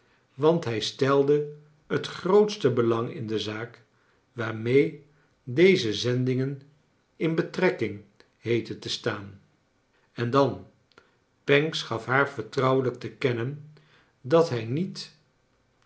want hij stelde het grootste belang in de zaak waarmee deze zendingen in betrekking heetten te staan en dan pancks gaf haar vertrouwerjk te kennen dat hij niet